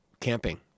camping